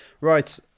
Right